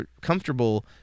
comfortable